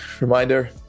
reminder